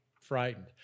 frightened